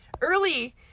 early